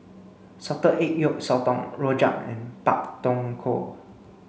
salted egg yolk sotong Rojak and Pak Thong Ko